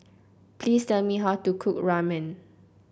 please tell me how to cook Ramen